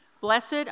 Blessed